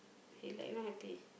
he like not happy